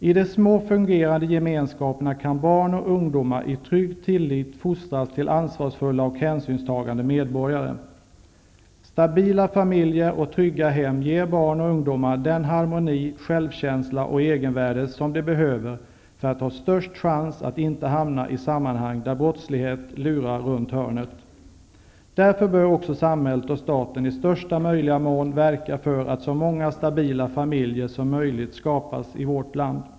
I de små fungerande gemenskaperna kan barn och ungdomar i trygg tillit fostras till ansvarsfulla och hänsynstagande medborgare. Stabila familjer och trygga hem ger barn och ungdomar den harmoni, självkänsla och egenvärde som de behöver för att ha störst chans att inte hamna i sammanhang där brottslighet lurar runt hörnet. Därför bör också samhället och staten i största möjliga mån verka för att så många stabila familjer som möjligt skapas i vårt land.